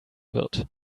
wird